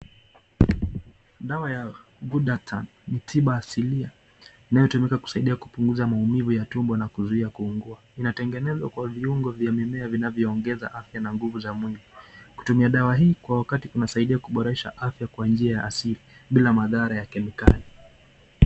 dawa ya good data ni tiba asilia inayotumika kupunguza maumivu ya tumbo na kuzuia kuungua inatengenezwa kwa viongu vya mimea vinavyo ongeza afya na nguvu za mwili kutumia dawa hii kwa wakati unasaidia kuboresha afya kwa njia asili bila madhara ya kemikali